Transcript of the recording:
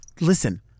Listen